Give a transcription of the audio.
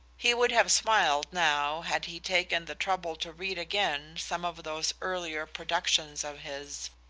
he would have smiled now had he taken the trouble to read again some of those earlier productions of his.